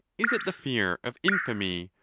is it the fear of infamy,